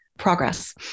progress